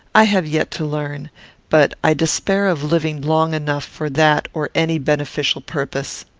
i have yet to learn but i despair of living long enough for that or any beneficial purpose.